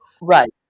Right